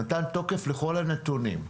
לכאורה נתן תוקף לכל הנתונים.